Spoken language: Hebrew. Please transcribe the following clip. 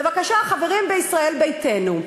בבקשה, חברים בישראל ביתנו,